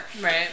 Right